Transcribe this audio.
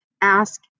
ask